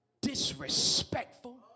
disrespectful